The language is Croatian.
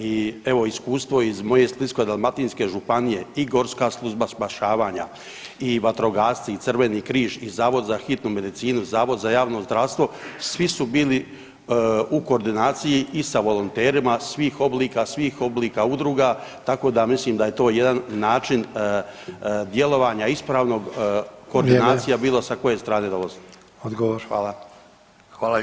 I evo iskustvo ih moje Splitsko-dalmatinske županije i GSS i vatrogasci i Crveni križ i Zavod za hitnu medicinu, Zavod za javno zdravstvo svi su bili u koordinaciji i sa volonterima svih oblika, svih oblika udruga tako da mislim da je to jedan način djelovanja ispravnog koordinacija [[Upadica Sanader: Vrijeme.]] bilo sa koje strane dolazi.